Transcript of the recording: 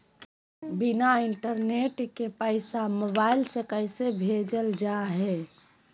बिना इंटरनेट के पैसा मोबाइल से कैसे भेजल जा है?